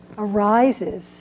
Arises